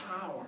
power